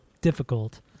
difficult